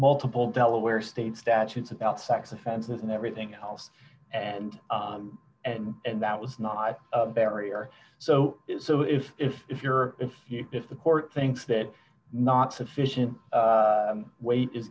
multiple delaware state statutes about sex offenses and everything else and and and that was not a barrier so it's so if if if you're if you if the court thinks that not sufficient weight is